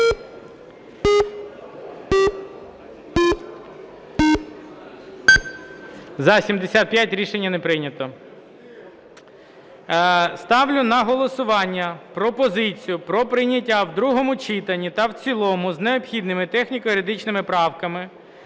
За-75 Рішення не прийнято. Ставлю на голосування пропозицію про прийняття в другому читанні та в цілому з необхідними техніко-юридичними правками